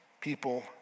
people